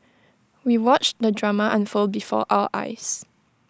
we watched the drama unfold before our eyes